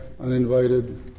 uninvited